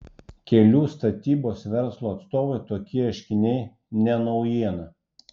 kelių statybos verslo atstovui tokie ieškiniai ne naujiena